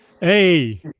Hey